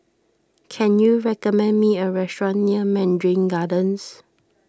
can you recommend me a restaurant near Mandarin Gardens